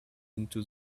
into